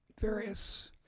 various